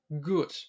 good